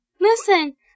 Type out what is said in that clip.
Listen